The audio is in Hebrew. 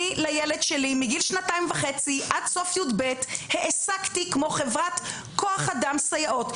לילד שלי מגיל שנתיים וחצי עד סוף י"ב העסקתי כמו חברת כוח-אדם סייעות,